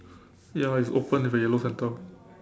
ya it's open with a yellow center